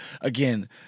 Again